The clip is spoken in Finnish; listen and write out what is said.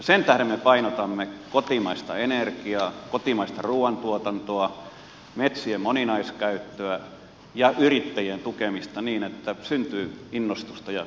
sen tähden me painotamme kotimaista energiaa kotimaista ruuantuotantoa metsien moninaiskäyttöä ja yrittäjien tukemista niin että syntyy innostusta ja innovaatioita